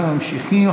אנחנו ממשיכים.